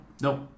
nope